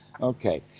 Okay